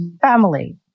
family